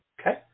Okay